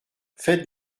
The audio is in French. faites